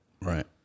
Right